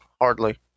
hardly